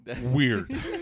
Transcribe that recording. Weird